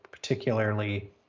particularly